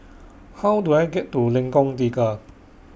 How Do I get to Lengkong Tiga